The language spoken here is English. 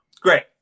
Great